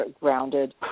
grounded